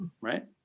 right